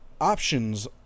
options